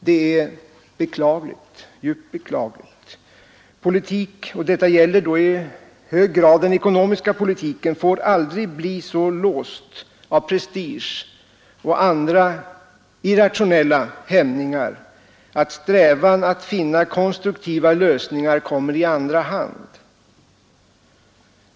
Detta är beklagligt. Politik — och detta gäller i hög grad den ekonomiska politiken — får aldrig bli så låst av prestige och andra irrationella hämningar att strävan att finna konstruktiva lösningar kommer i andra hand.